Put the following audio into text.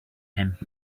him